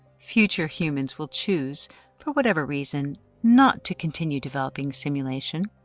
future humans will choose for whatever reason not to continue developing simulation.